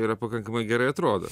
yra pakankamai gerai atrodo